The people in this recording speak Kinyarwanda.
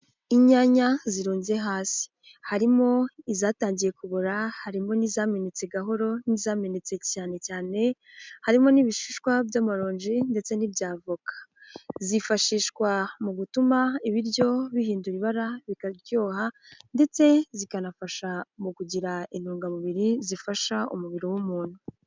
Inyanya zirunze hasi, harimo izatangiye kubora harimo n'izaminnetse gahoro n'izamenetse cyane cyane, harimo n'ibishishwa by'amaronji ndetse n'ibya avoka, zifashishwa mu gutuma ibiryo bihindura ibara bikaryoha ndetse zikanafasha mu kugira intungamubiri zifasha umubiri w'umuntu.